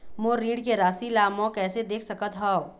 मोर ऋण के राशि ला म कैसे देख सकत हव?